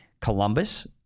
Columbus